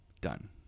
done